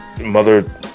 Mother